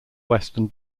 western